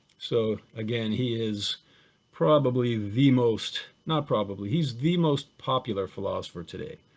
so again, he is probably the most, not probably, he's the most popular philosopher today.